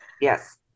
Yes